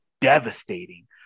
devastating